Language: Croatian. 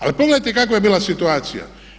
Ali pogledajte kakva je bila situacija.